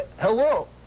Hello